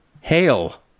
Hail